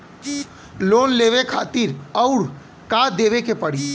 Loan लेवे खातिर अउर का देवे के पड़ी?